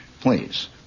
Please